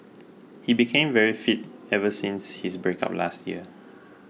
he became very fit ever since his breakup last year